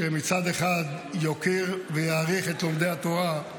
שמצד אחד יוקיר ויעריך את לומדי התורה,